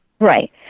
Right